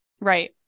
Right